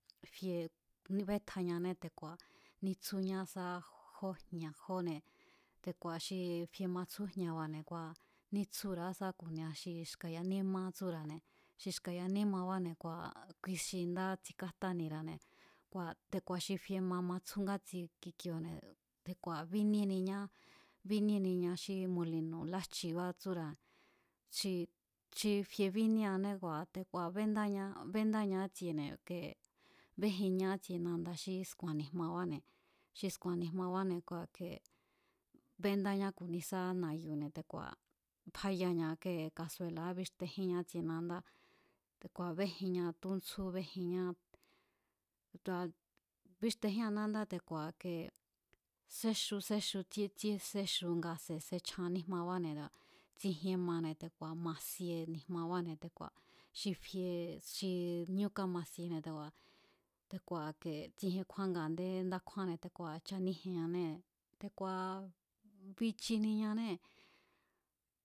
Fie bétjañané te̱ku̱a̱ nítsjúñá sá jó jña̱ jóne̱ te̱ku̱a̱ xi fie matsjú jña̱ba̱ kua̱ nítsjúra̱á sá ku̱nia xí xka̱ yanímá tsúra̱ne̱, xi xka̱ yanímabáne̱ kua̱ kui xi ndá tsikájtánira̱ne̱ kua̱ te̱ku̱a̱ xi fie ma matsjú ngátsi kikioo̱ne̱ te̱ku̱a̱ bíníéniñá, bíníéniña xí molino̱ lájchibá tsúra̱ xi fie bíníéané kua̱ te̱ku̱a̱ bendáña béndáña ítsiene̱ i̱ke bejinña ítsie nanda xí sku̱a̱n ni̱jmabáne̱, xi sku̱a̱n ni̱jmabáne̱ kua̱ ke béndáñá ku̱nisa na̱yu̱ne̱ te̱ku̱a̱ bayaña íke kasuela̱ján bíxtejínña ítsie nandá bejinña túntsjú bejinñá tu̱a bíxtejían nándá te̱ku̱a̱ ike séxu séxu tsíé tsíé séxu nga se̱ sechjan níjmabáne̱ nga tsijien mane̱ te̱ku̱a̱ masie ni̱jmabáne̱ te̱ku̱a̱ xi fie xi ñú kámasiene̱ te̱ku̱a̱, te̱ku̱a̱ ke tsijien kjúánne̱ nga a̱ndé ndá kjúánne̱ te̱ku̱a̱ chaníjienñanée̱. Te̱ku̱a̱ bichiniñanée̱.